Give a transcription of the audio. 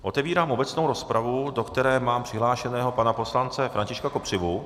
Otevírám obecnou rozpravu, do které mám přihlášeného pana poslance Františka Kopřivu.